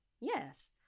Yes